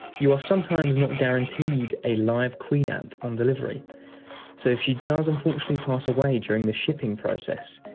you are sometimes not guaranteed a live queen ant on delivery so if she does unfortunately pass away during the shipping process,